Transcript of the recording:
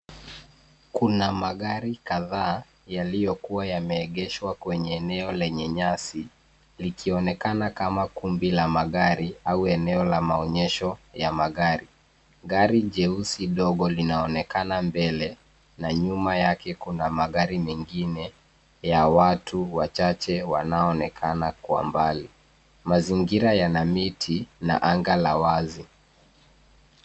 Kuna magari kadhaa yaliyokuwa yameegeshwa kwenye eneo lenye nyasi likionekana kama kumbi la magari au eneo la maonyesho ya magari. Gari jeusi dogo linaonekana mbele na nyuma yake kuna magari mengine ya watu wachache wanaoonekana kwa mbali. Mazingira yana miti na anga la wazi.